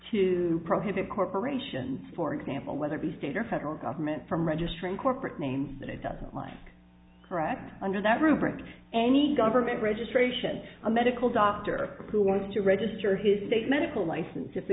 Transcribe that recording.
to prohibit corporations for example whether the state or federal government from registering corporate names that it doesn't like correct under that rubric any government registration a medical doctor who wants to register his state medical license if the